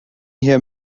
hier